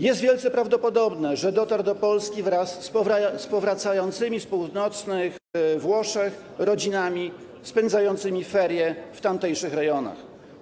Jest wielce prawdopodobne, że dotarł do Polski wraz z powracającymi z północnych Włoch rodzinami, spędzającymi ferie w tamtejszych rejonach.